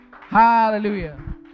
Hallelujah